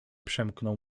przemknął